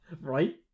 right